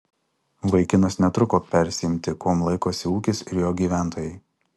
vaikinas netruko persiimti kuom laikosi ūkis ir jo gyventojai